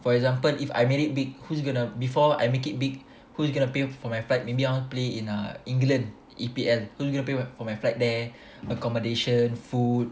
for example if I made it big who's gonna before I make it big who's gonna pay for my part maybe I want play in a England E_P_L who gonna pay for my flight there accommodation food